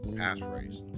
passphrase